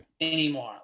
Anymore